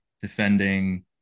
defending